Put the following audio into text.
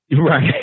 Right